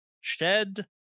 shed